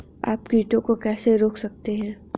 आप कीटों को कैसे रोक सकते हैं?